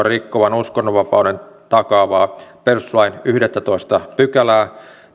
rikkovan uskonnonvapauden takaavaa perustuslain yhdettätoista pykälää